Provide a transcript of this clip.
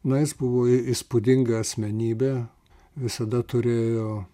na jis buvo įspūdinga asmenybė visada turėjo